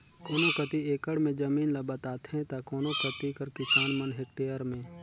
कोनो कती एकड़ में जमीन ल बताथें ता कोनो कती कर किसान मन हेक्टेयर में